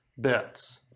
bits